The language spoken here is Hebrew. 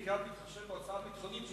בעיקר בהתחשב בהוצאה הביטחונית,